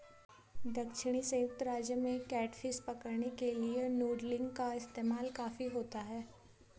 दक्षिणी संयुक्त राज्य में कैटफिश पकड़ने के लिए नूडलिंग का इस्तेमाल काफी होता है